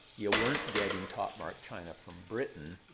you weren't getting top marked china from britain